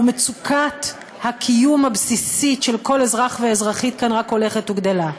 ומצוקת הקיום הבסיסית של כל אזרח ואזרחית כאן רק הולכת וגדלה.